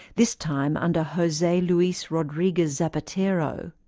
this time under jose luis rodriguez zapatero.